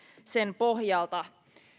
sen pohjalta